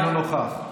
אינו נוכח,